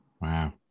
wow